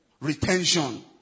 Retention